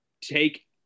take